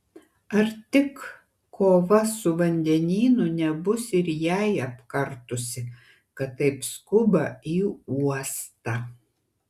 ar tik kova su vandenynu nebus ir jai apkartusi kad taip skuba į uostą